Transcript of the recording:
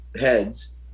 heads